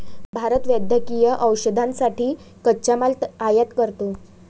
भारत वैद्यकीय औषधांसाठी कच्चा माल आयात करतो